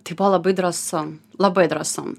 tai buvo labai drąsu labai drąsu